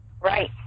Right